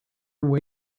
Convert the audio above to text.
away